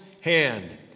hand